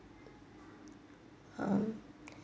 um